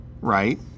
Right